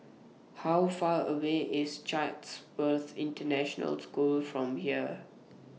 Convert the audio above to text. How Far away IS Chatsworth International School from here